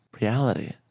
reality